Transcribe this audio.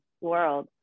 world